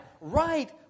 right